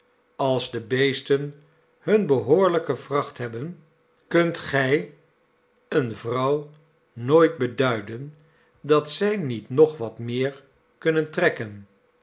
als de beesten hunne behoorlijke vracht hebben kimt gij eene vrouw nooit beduiden dat zij niet nog wat meer kunnen trekken